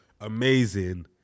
amazing